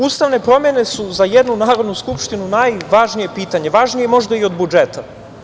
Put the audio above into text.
Ustavne promene su za jednu Narodnu skupštinu najvažnije pitanje, važnije možda i od budžeta.